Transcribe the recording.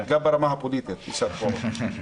גם ברמה הפוליטית יישר כוח.